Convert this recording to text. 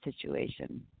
situation